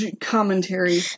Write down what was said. commentary